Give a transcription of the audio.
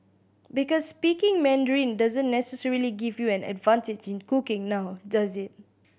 because speaking Mandarin doesn't necessarily give you an advantage in cooking now does it